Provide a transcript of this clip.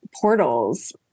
portals